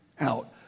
out